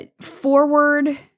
forward